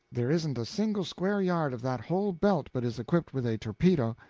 there isn't a single square yard of that whole belt but is equipped with a torpedo.